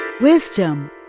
Wisdom